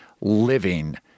living